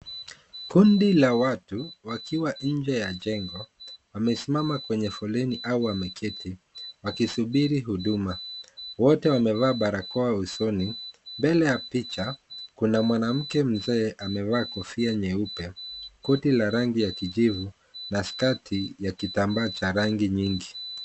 Kundi la watu wakiwa nje ya jengo, wamesimama kwenye foleni au wameketi wakisubiri huduma. Wote wamevaa barakoa usoni, mbele ya picha, kuna mwanamke mzee amevaa kofia nyeupe, koti la rangi ya kijivu na skati ya kitambaa cha rangi nyingi.